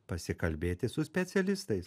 pasikalbėti su specialistais